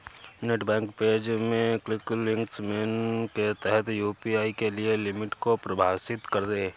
net bank page में quick links menu के तहत यू.पी.आई के लिए लिमिट को परिभाषित करें